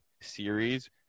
series